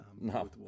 No